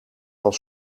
van